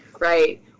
Right